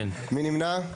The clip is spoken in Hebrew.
מי נמנע?